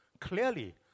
clearly